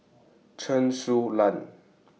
Chen Su Lan